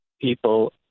people